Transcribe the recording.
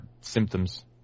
symptoms